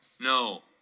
No